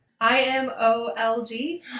I-M-O-L-G